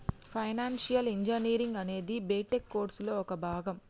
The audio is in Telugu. ఫైనాన్షియల్ ఇంజనీరింగ్ అనేది బిటెక్ కోర్సులో ఒక భాగం